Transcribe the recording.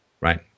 right